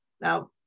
now